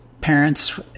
parents